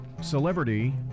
celebrity